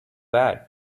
bad